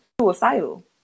suicidal